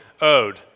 owed